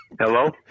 Hello